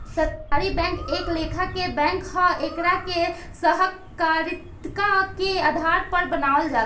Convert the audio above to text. सहकारी बैंक एक लेखा के बैंक ह एकरा के सहकारिता के आधार पर बनावल जाला